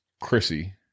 Chrissy